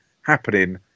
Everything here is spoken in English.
happening